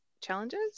challenges